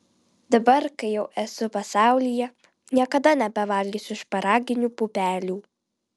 dabar kai jau esu pasaulyje niekada nebevalgysiu šparaginių pupelių